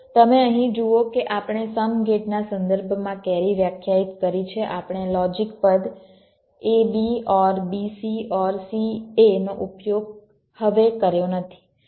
તમે અહીં જુઓ કે આપણે સમ ગેટના સંદર્ભમાં કેરી વ્યાખ્યાયિત કરી છે આપણે લોજિક પદ ab OR bc OR ca નો ઉપયોગ હવે કર્યો નથી